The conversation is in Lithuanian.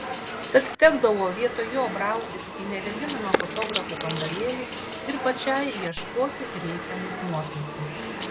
tad tekdavo vietoj jo brautis į nevėdinamą fotografų kambarėlį ir pačiai ieškoti reikiamų nuotraukų